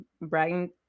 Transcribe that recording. bragging